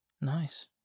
Nice